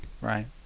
Right